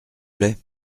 plait